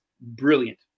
brilliant